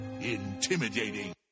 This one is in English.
intimidating